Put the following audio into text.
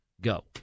Go